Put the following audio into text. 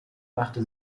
machte